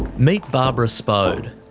meet barbara spode.